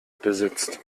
besitzt